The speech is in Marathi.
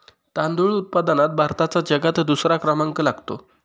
तांदूळ उत्पादनात भारताचा जगात दुसरा क्रमांक लागतो